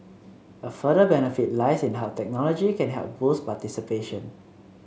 a further benefit lies in how technology can help boost participation